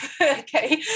Okay